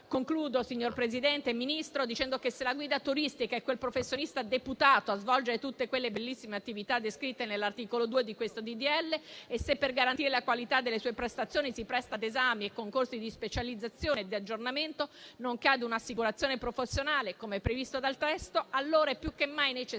Concludo, signor Presidente e Ministro, dicendo che, se la guida turistica è quel professionista deputato a svolgere tutte quelle bellissime attività descritte nell'articolo 2 di questo disegno di legge e se per garantire la qualità delle sue prestazioni si presta ad esami e concorsi di specializzazione e di aggiornamento, nonché a un'assicurazione professionale come previsto dal testo, allora è più che mai necessario